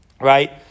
right